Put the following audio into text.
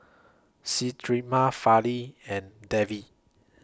Smriti Fali and Devi